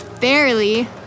Barely